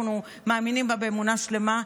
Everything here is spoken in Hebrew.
שאנחנו מאמינים בה באמונה שלמה,